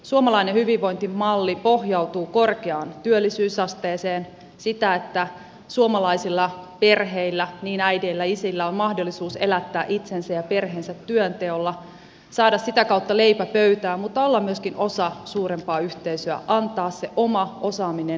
suomalainen hyvinvointimalli pohjautuu korkeaan työllisyysasteeseen siihen että suomalaisilla perheillä niin äideillä kuin isillä on mahdollisuus elättää itsensä ja perheensä työnteolla saada sitä kautta leipä pöytään mutta olla myöskin osa suurempaa yhteisöä antaa se oma osaaminen yhteiseen käyttöön